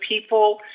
people